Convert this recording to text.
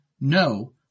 no